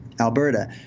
Alberta